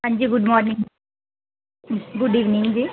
ਹਾਂਜੀ good morning good evening ਜੀ